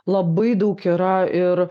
labai daug yra ir